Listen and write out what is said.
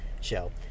show